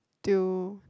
do